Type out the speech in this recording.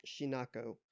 Shinako